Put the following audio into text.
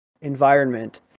environment